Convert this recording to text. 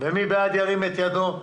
מי בעד, ירים את ידו?